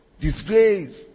disgrace